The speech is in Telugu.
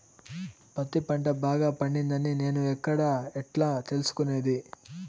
పత్తి పంట బాగా పండిందని నేను ఎక్కడ, ఎట్లా తెలుసుకునేది?